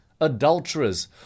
adulterers